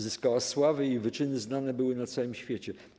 Zyskała sławę, jej wyczyny znane były na całym świecie.